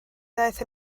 ddaeth